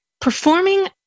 performing